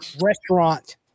restaurant